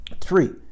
Three